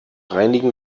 reinigen